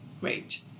great